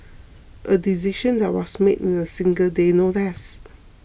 a decision that was made in a single day no less